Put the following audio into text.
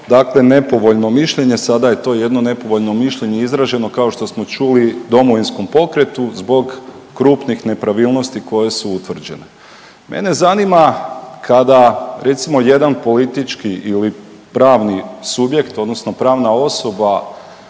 dakle nepovoljno mišljenje sada je to jedno nepovoljno mišljenje izraženo kao što smo čuli Domovinskom pokretu zbog krupnih nepravilnosti koje su utvrđene. Mene zanima kada recimo jedan politički ili pravni subjekt, odnosno pravna osoba